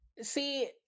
See